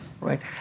right